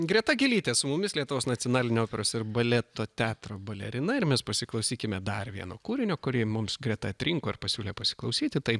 greta gilytė su mumis lietuvos nacionalinio operos ir baleto teatro balerina ir mes pasiklausykime dar vieno kūrinio kurį mums greta atrinko ir pasiūlė pasiklausyti tai